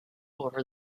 over